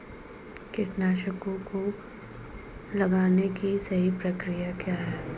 कीटनाशकों को लगाने की सही प्रक्रिया क्या है?